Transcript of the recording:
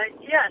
Yes